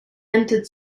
entered